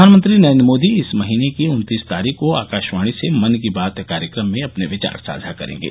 प्रधानमंत्री नरेन्द्र मोदी इस महीने की उन्तीस तारीख को आकाशवाणी से मन की बात कार्यक्रम में अपने विचार साझा करेंगे